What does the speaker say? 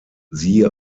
siehe